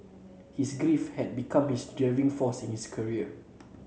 his grief had become his driving force in his career